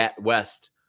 West